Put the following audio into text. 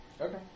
Okay